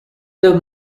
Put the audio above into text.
the